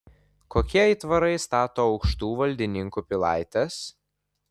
kokie aitvarai stato aukštų valdininkų pilaites